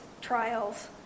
trials